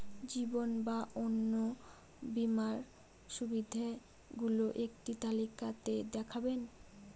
জীবন বা অন্ন বীমার সুবিধে গুলো একটি তালিকা তে দেখাবেন?